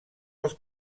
els